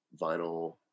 vinyl